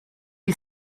you